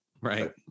right